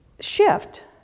Shift